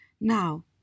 Now